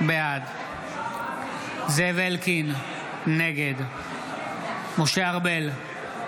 בעד זאב אלקין, נגד משה ארבל,